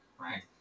right